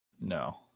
No